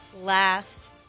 last